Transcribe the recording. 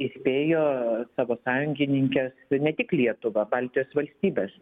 įspėjo savo sąjungininkes ir ne tik lietuvą baltijos valstybes